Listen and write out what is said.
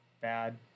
bad